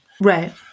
Right